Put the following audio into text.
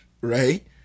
right